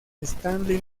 stanley